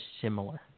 similar